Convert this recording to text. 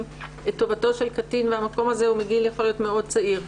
את טובתו של קטין והמקום הזה יכול להיות מגיל מאוד צעיר.